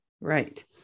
right